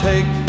Take